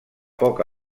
poc